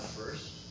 first